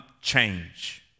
Change